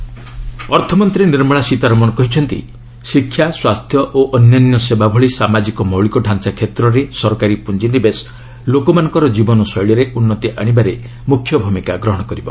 Sitharaman social sector ଅର୍ଥମନ୍ତ୍ରୀ ନିର୍ମଳା ସୀତାରମଣ କହିଛନ୍ତି ଶିକ୍ଷା ସ୍ୱାସ୍ଥ୍ୟ ଓ ଅନ୍ୟାନ୍ୟ ସେବା ଭଳି ସାମାଜିକ ମୌଳିକ ଢାଞ୍ଚା କ୍ଷେତ୍ରରେ ସରକାରୀ ପ୍ରଞ୍ଜିନିବେଶ ଲୋକମାନଙ୍କର ଜୀବନ ଶୈଳୀରେ ଉନ୍ନତି ଆଶିବାରେ ମୁଖ୍ୟ ଭୂମିକା ଗ୍ରହଣ କରିବ